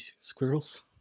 squirrels